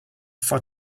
far